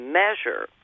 measure